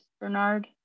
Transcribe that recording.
Bernard